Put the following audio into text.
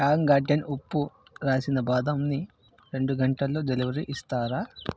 Tang Garden ఉప్పు రాసిన బాదంని రెండు గంటల్లో డెలివరీ ఇస్తారా